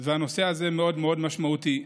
והנושא הזה מאוד מאוד משמעותי.